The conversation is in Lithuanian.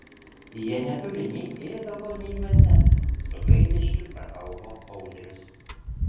jie neturi nei ėdalo nei vandens su gailesčiu prakalbo audrius